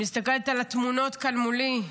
אני מסתכלת על התמונות כאן מולי,